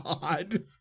God